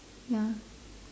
ya